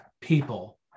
people